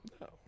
No